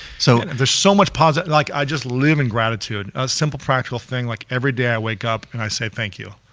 so there's so much positivity, like i just live in gratitude. a simple practical thing, like every day i wake up and i say thank you.